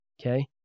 Okay